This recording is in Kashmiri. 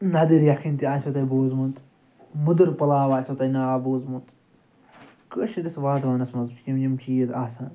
نَدٕرۍ یَکھٕنۍ تہِ آسیو تۄہہِ بوٗزمُت موٚدُر پُلاو آسیو تۄہہِ ناو بوٗزمُت کٲشرِس وازوانَس مَنٛز چھِ یِم یِم چیٖز آسان